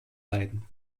leiden